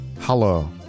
hello